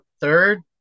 third